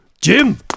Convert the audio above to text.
Jim